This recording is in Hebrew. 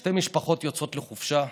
שתי משפחות יוצאות לחופשה.